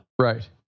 Right